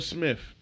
Smith